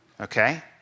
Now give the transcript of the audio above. Okay